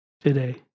today